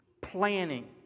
planning